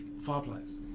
Fireplace